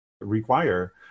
Require